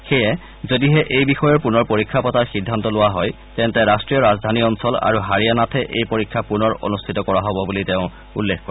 সেয়ে যদিহে এই বিষয়ৰ পুনৰ পৰীক্ষা পতাৰ সিদ্ধান্ত লোৱা হয় তেন্তে ৰট্টীয় ৰাজধানী অঞ্চল আৰু হাৰিয়ানাতহে এই পৰীক্ষা পুনৰ অনুষ্ঠিত কৰা হব বুলি তেওঁ উল্লেখ কৰে